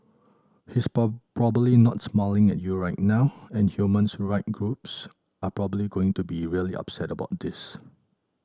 he's probably not smiling at you right now and humans right groups are probably going to be really upset about this